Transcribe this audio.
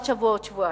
עוד שבוע עוד שבועיים?